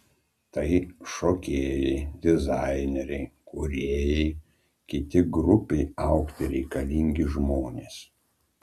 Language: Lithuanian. tai šokėjai dizaineriai kūrėjai kiti grupei augti reikalingi žmonės